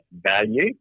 value